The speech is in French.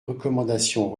recommandations